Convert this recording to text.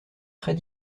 très